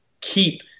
keep